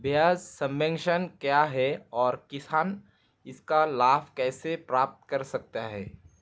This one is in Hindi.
ब्याज सबवेंशन क्या है और किसान इसका लाभ कैसे प्राप्त कर सकता है?